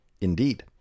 Indeed